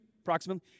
approximately